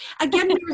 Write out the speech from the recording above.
Again